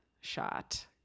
shot